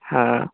হ্যাঁ